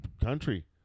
country